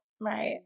Right